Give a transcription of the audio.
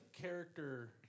character